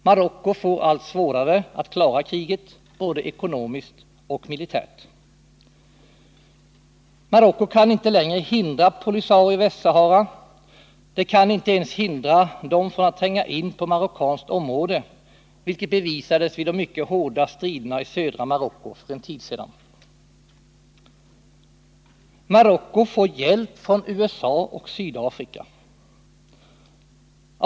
Marocko får allt svårare att klara kriget, både ekonomiskt och militärt. Marocko kan inte längre hindra POLISARIO i Västsahara — Marocko kan inte ens hindra POLISARIO från att tränga in på marockanskt område, vilket bevisades vid de mycket hårda striderna i södra Marocko för en tid sedan. Marocko får hjälp från USA och Sydafrika.